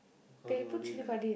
because we're already there